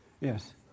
Yes